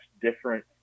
different